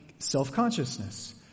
Self-consciousness